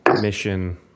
mission